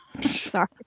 Sorry